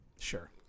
sure